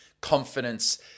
confidence